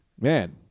Man